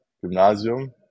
gymnasium